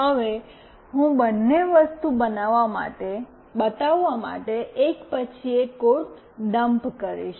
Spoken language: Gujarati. હવે હું બંને વસ્તુ બતાવવા માટે એક પછી એક કોડ ડમ્પ કરીશ